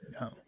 No